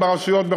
וברשויות,